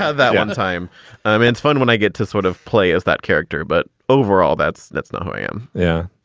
ah that one time i mean, it's fun when i get to sort of play as that character. but overall, that's that's not who i am yeah.